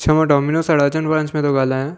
छ मां डोमिनोस सां राजन वंश सां तो ॻाल्हायां